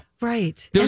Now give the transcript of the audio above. Right